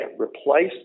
replace